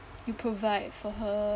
you provide for her